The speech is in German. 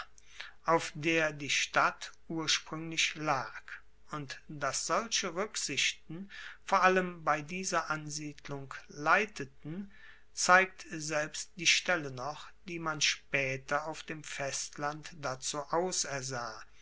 auf der die stadt urspruenglich lag und dass solche ruecksichten vor allem bei dieser ansiedlung leiteten zeigt selbst die stelle noch die man spaeter auf dem festland dazu ausersah